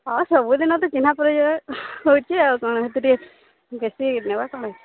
ହଁ ସବୁ ଦିନ ତ ଚିହ୍ନା ପରିଚୟ ହେଉଛି ଆଉ କ'ଣ ହେତି ଟିକେ ବେଶି ନେବା କ'ଣ ଅଛି